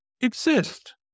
exist